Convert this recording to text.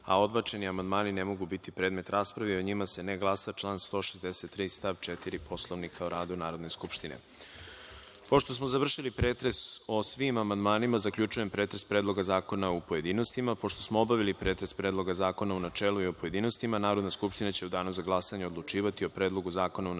a odbačeni amandmani ne mogu biti predmet rasprave i o njima se ne glasa. Član 163. stav 4. Poslovnika o radu Narodne skupštine. Pošto smo završili pretres o svim amandmanima, zaključujem pretres Predloga zakona u pojedinostima. Pošto smo obavili pretres Predloga zakona u načelu i o pojedinostima, Narodna skupština će u danu za glasanje odlučivati o Predlogu zakona u načelu,